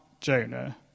Jonah